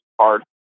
hard